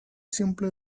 simply